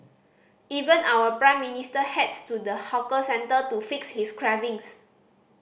even our Prime Minister heads to the hawker centre to fix his cravings